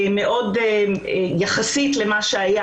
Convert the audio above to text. אז כאן באמת דרושים תיקונים מאוד-מאוד גדולים.